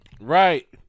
Right